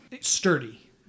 sturdy